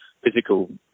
physical